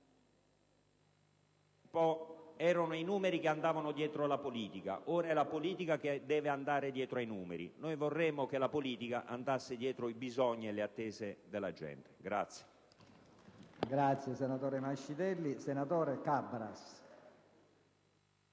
erano i numeri che andavano dietro la politica, ora è la politica che deve andare dietro i numeri. Vorremmo che la politica andasse dietro i bisogni e le attese della gente.